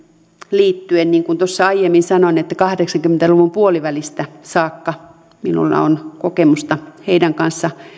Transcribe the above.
liittyen niin kuin tuossa aiemmin sanoin kahdeksankymmentä luvun puolivälistä saakka minulla on kokemusta heidän kanssaan